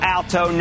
Alto